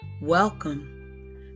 Welcome